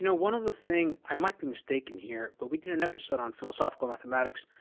you know one other thing, i might be mistaken here, but we did an episode on philosophical mathematics,